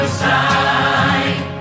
side